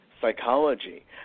psychology